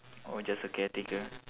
oh just a caretaker